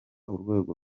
urwego